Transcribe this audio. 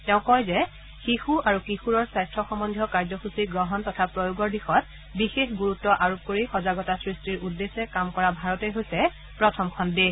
তেওঁ কয় যে শিশু আৰু কিশোৰৰ স্বাস্থ্য সম্বন্ধীয় কাৰ্যসূচী গ্ৰহণ তথা প্ৰয়োগৰ দিশত বিশেষ গুৰুত্ব আৰোপ কৰি সজাগতা সৃষ্টিৰ উদ্দেশ্যে কাম কৰা ভাৰতেই হৈছে প্ৰথমখন দেশ